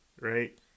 right